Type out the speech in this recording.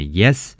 yes